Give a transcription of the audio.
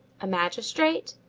a magistrate?